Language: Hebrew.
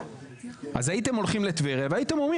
אז הייתם הולכים לטבריה והייתם אומרים